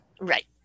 Right